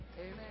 Amen